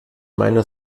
meiner